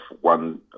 one